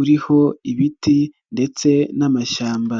uriho ibiti ndetse n'amashyamba.